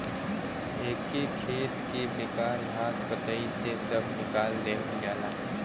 एके खेत के बेकार घास पतई से सभ निकाल देवल जाला